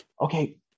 Okay